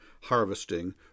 harvesting